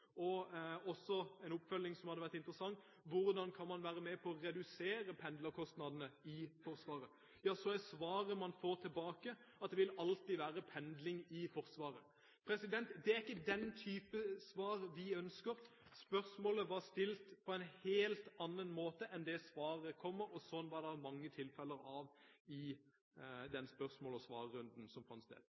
som også hadde vært interessant – og om hvordan man kan være med på å redusere pendlerkostnadene i Forsvaret, er svaret man får, at det alltid vil være pendling i Forsvaret. Det er ikke den type svar vi ønsker. Spørsmålet er stilt på en helt annen måte enn det svaret som kommer, og slik var det mange tilfeller av i den spørsmåls- og svarrunden som fant sted. Det er en